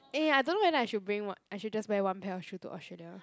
eh ya I don't know whether I should bring what I should just wear one pair of shoe to Australia